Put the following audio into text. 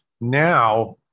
Now